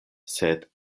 sed